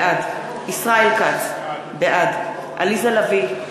בעד ישראל כץ, בעד עליזה לביא,